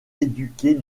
éduquée